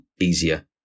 easier